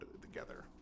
together